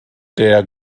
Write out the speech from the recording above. der